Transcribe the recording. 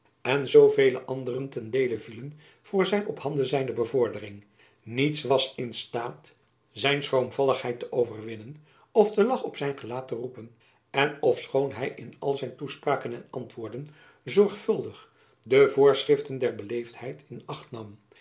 en zoo vele anderen ten deele vielen voor zijn op handenzijnde bevordering niets was in staat zijn schroomvalligheid te overwinnen of den lach op zijn gelaat te roepen en ofschoon hy in al zijn toespraken en antwoorden zorgvuldig de voorschriften der beleefdheid in acht nam